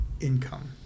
income